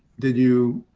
did you